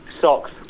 Socks